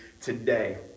today